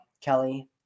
Kelly